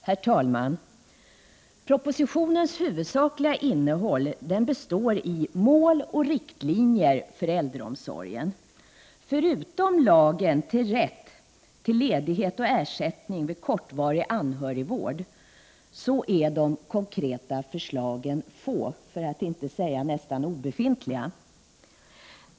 Herr talman! Propositionens huvudsakliga innehåll består i mål och riktlinjer för äldreomsorgen. Förutom lagen om rätt till ledighet och ersättning vid kortvarig anhörigvård är de konkreta förslagen få, för att inte säga nästan obefintliga.